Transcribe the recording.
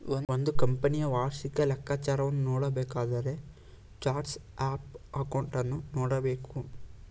ಒಂದು ಕಂಪನಿಯ ವಾರ್ಷಿಕ ಲೆಕ್ಕಾಚಾರವನ್ನು ನೋಡಬೇಕಾದರೆ ಚಾರ್ಟ್ಸ್ ಆಫ್ ಅಕೌಂಟನ್ನು ನೋಡಬೇಕು